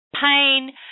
pain